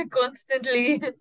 constantly